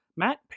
Matt